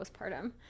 postpartum